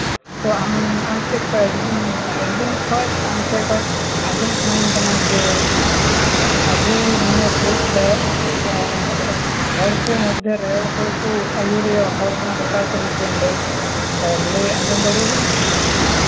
ᱛᱳ ᱟᱢ ᱴᱷᱮᱱ ᱠᱷᱚᱱ ᱟᱹᱰᱤᱫᱤᱱ ᱢᱟᱱᱮ ᱟᱹᱰᱤᱫᱤᱱ ᱠᱷᱚᱱ ᱟᱢ ᱴᱷᱮᱱ ᱠᱷᱚᱱ ᱟᱸᱡᱚᱢ ᱥᱟᱱᱟᱧ ᱠᱟᱱᱟ ᱡᱮ ᱟᱵᱚ ᱱᱤᱭᱟᱹ ᱫᱮᱥᱨᱮ ᱦᱚᱲ ᱠᱚ ᱢᱚᱫᱽᱫᱷᱮᱨᱮ ᱚᱠᱚᱭ ᱠᱚᱠᱚ ᱟᱹᱭᱩᱨᱤᱭᱟᱹ ᱦᱚᱲ ᱨᱮᱱᱟᱜ ᱵᱮᱯᱟᱨ ᱛᱮ ᱱᱟᱥᱮᱭᱟᱜ ᱮᱢ ᱞᱟᱹᱭᱟᱹᱧ ᱞᱟᱹᱭ ᱟᱸᱡᱚᱢ ᱫᱟᱲᱮᱣ ᱵᱚᱱᱟ